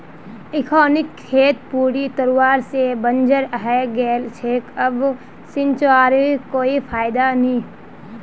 इखनोक खेत पूरी तरवा से बंजर हइ गेल छेक अब सींचवारो कोई फायदा नी